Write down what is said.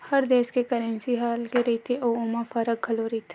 हर देस के करेंसी ह अलगे रहिथे अउ ओमा फरक घलो रहिथे